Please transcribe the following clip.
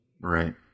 Right